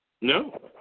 No